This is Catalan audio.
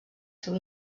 seu